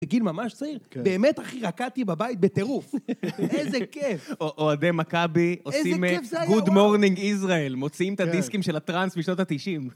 בגיל ממש צעיר, באמת הכי רקדתי בבית, בטירוף. איזה כיף. אוהדי מכבי עושים... איזה כיף זה היה... -"גוד מורנינג, ישראל". מוציאים את הדיסקים של הטראנס בשנות ה-90.